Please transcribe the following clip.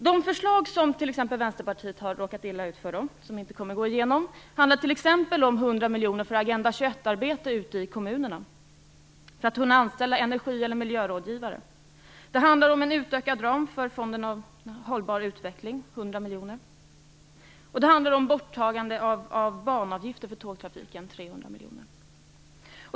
De förslag som Vänsterpartiet har råkat illa ut för och som inte kommer att gå igenom gäller t.ex. 100 miljoner för Agenda 21-arbete ute i kommunerna, så att man skall kunna anställa energi eller miljörådgivare. Det handlar om en utökad ram för fonden för en hållbar utveckling - 100 miljoner. Det handlar om borttagande av banavgifter för tågtrafiken - 300 miljoner.